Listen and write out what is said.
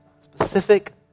specific